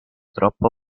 troppo